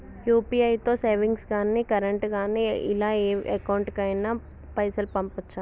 UPI తో savings గాని current గాని ఇలా ఏ అకౌంట్ కైనా పైసల్ పంపొచ్చా?